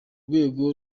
rwego